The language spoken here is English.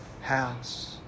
house